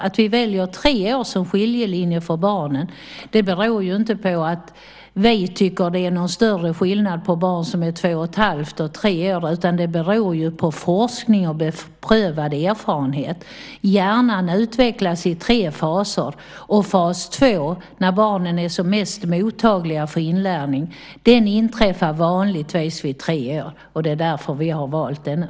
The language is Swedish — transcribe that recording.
Att vi väljer tre år som skiljelinje för barnen beror inte på att vi tycker att det är någon större skillnad på barn som är två och ett halvt och tre år, utan det beror på forskning och beprövad erfarenhet. Hjärnan utvecklas i tre faser. Fas två, när barnen är som mest mottagliga för inlärning, inträffar vanligtvis vid tre års ålder. Det är därför vi har valt den.